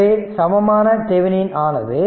எனவே சமமான தெவெனின் ஆனது